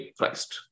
Christ